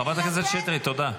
חברת הכנסת שטרית, תודה.